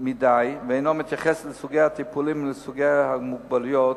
מדי ואינה מתייחסת לסוגי הטיפולים ולסוגי המוגבלויות,